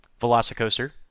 Velocicoaster